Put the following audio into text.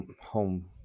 home